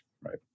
Right